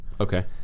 Okay